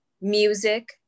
music